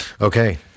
Okay